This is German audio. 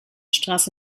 straße